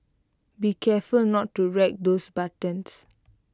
be careful not to wreck those buttons